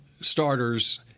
starters